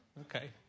Okay